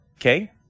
Okay